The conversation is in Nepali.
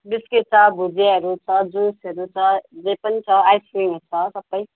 बिस्किट छ भुजियाहरू छ जुसहरू छ जे पनि छ आइस्क्रिमहरू छ सबै